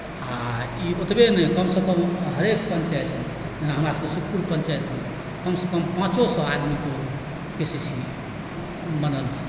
आओर ई ओतबे नहि कम सँ कम हरेक पञ्चायतमे हमरा सबके सुखपुर पञ्चायतमे कम सँ कम पाँचो सए आदमीकेँ के सी सी बनल छै